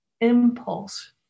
impulse